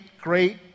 great